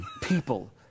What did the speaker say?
people